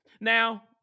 Now